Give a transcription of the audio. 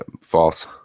false